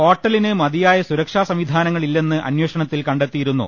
ഹോട്ടലിന് മതിയായ സുരക്ഷാ സംവിധാനങ്ങൾ ഇല്ലെന്ന് അന്വേ ഷണത്തിൽ കണ്ടെത്തിയിരുന്നു